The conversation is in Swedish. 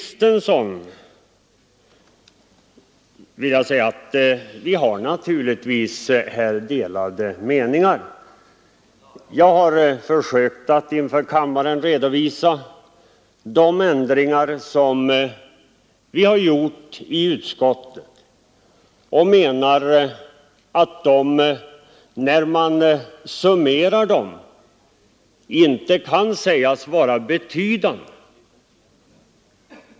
Sedan vill jag säga till fru Kristensson att vi naturligtvis har delade meningar. Jag har försökt att inför kammaren redovisa de ändringar som vi har gjort i utskottet, och jag anser att de — när man summerar dem — inte kan sägas vara betydande.